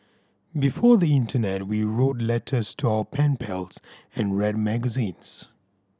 before the internet we wrote letters to our pen pals and read magazines